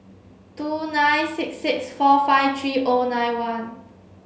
two nine six six four five three O nine one